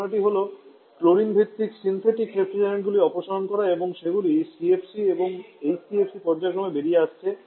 ধারণাটি হল ক্লোরিন ভিত্তিক সিন্থেটিক রেফ্রিজারেন্টগুলি অপসারণ করা এবং সেজন্য সিএফসি এবং এইচসিএফসি পর্যায়ক্রমে বেরিয়ে আসছে